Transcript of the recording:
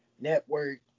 network